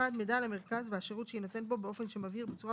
(1)מידע על המרכז והשירות שיינתן בו באופן שמבהיר בצורה